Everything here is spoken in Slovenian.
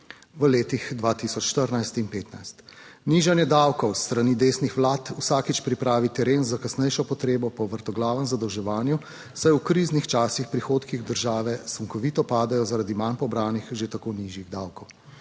(nadaljevanje) Nižanje davkov s strani desnih vlad vsakič pripravi teren za kasnejšo potrebo po vrtoglavem zadolževanju, saj v kriznih časih prihodki države sunkovito padajo zaradi manj pobranih že tako nižjih davkov.